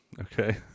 Okay